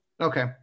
Okay